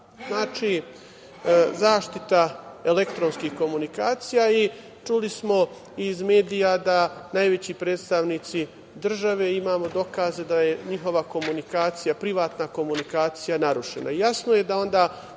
Znači, zaštita elektronskih komunikacija i čuli smo iz medija da najveći predstavnici države, imamo dokaze da je njihova komunikacija privatna komunikacija narušena. Jasno je da onda